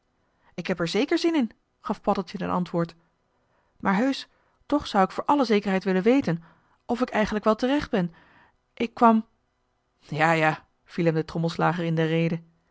ik heb er zeker zin in gaf paddeltje ten antwoord maar heusch toch zou ik voor alle zekerheid willen weten of ik eigenlijk wel terecht ben ik kwam ja ja viel hem de trommelslager in de rede